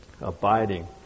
abiding